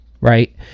right